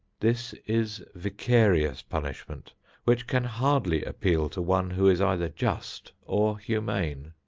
this is vicarious punishment which can hardly appeal to one who is either just or humane.